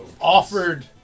offered